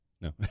No